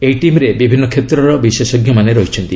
ଏହି ଟିମ୍ରେ ବିଭିନ୍ନ କ୍ଷେତ୍ରର ବିଶେଷଜ୍ଞମାନେ ରହିଛନ୍ତି